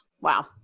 Wow